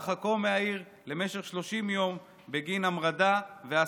והרחקתו מהעיר למשך 30 יום בגין המרדה והסתה.